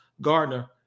Gardner